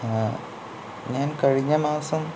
ഞാൻ കഴിഞ്ഞ മാസം